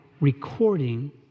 recording